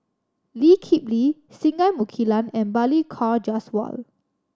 Lee Kip Lee Singai Mukilan and Balli Kaur Jaswal